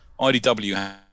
IDW